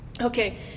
Okay